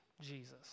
Jesus